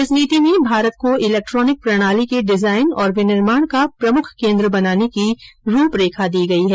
इस नीति में भारत को इलेक्ट्रॉनिक प्रणाली के डिजाइन और विनिर्माण का प्रमुख केन्द्र बनाने की रूपरेखा दी गई है